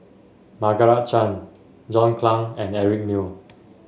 Margaret Chan John Clang and Eric Neo